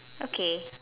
okay